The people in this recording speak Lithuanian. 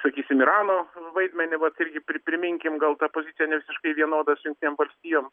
sakysim irano vaidmenį vat irgi pri priminkim gal ta pozicija ne visiškai vienoda su jungtinėm valstijom